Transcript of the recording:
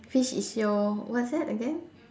fish is your what's that again